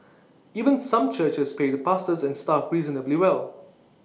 even some churches pay the pastors and staff reasonably well